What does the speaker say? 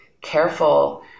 careful